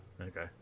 okay